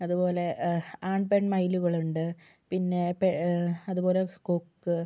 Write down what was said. അതുപോലെ ആൺ പെൺ മയിലുകളുണ്ട് പിന്നെ പേ അതുപോലെ കൊക്ക്